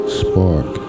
spark